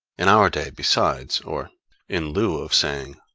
in our day, besides, or in lieu of saying,